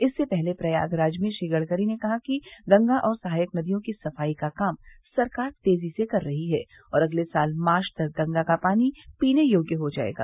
इससे पहले प्रयागराज में श्री गडकरी ने कहा कि गंगा और सहायक नदियों की सफाई का काम सरकार तेजी से कर रही है और अगले साल मार्च तक गंगा का पानी पीने योग्य हो जायेगा